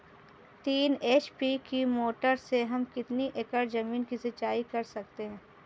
तीन एच.पी की मोटर से हम कितनी एकड़ ज़मीन की सिंचाई कर सकते हैं?